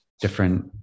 different